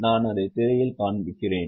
நான் அதை திரையில் காண்பிக்கிறேன்